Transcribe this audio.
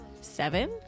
seven